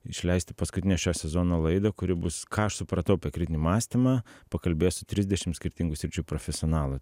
išleisti paskutinę šio sezono laidą kuri bus ką aš supratau apie kritinį mąstymą pakalbėsiu trisdešim skirtingų sričių profesionalai